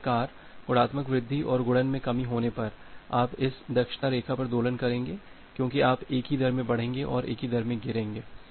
इसी प्रकार गुणात्मक वृद्धि और गुणन में कमी होने पर आप इस दक्षता रेखा पर दोलन करेंगे क्योंकि आप एक ही दर में बढ़ेंगे और एक ही दर में गिरेंगे